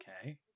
Okay